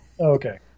Okay